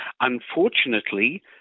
Unfortunately